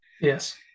yes